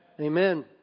Amen